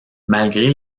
malgré